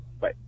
Bye